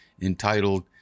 entitled